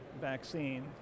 vaccine